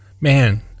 man